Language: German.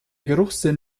geruchssinn